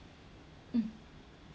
mm